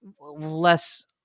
less